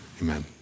amen